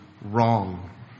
wrong